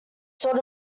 sort